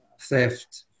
theft